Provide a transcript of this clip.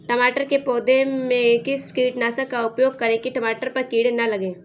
टमाटर के पौधे में किस कीटनाशक का उपयोग करें कि टमाटर पर कीड़े न लगें?